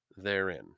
therein